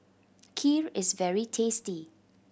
kheer is very tasty